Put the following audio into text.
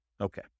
Okay